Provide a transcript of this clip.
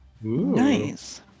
Nice